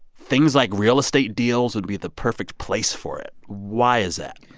things like real-estate deals would be the perfect place for it. why is that?